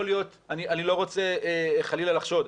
אני לא רוצה חלילה לחשוד,